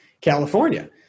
california